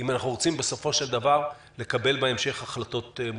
אם אנחנו רוצים בסופו של דבר לקבל בהמשך החלטות מושכלות.